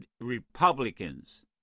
Republicans